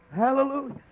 hallelujah